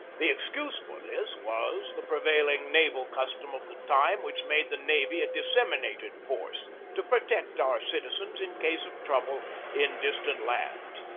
the excuse for this was the pre vailing naval custom of the time which made the navy a disseminated force to protect our citizens in case of trouble in distant lands,